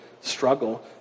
struggle